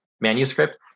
manuscript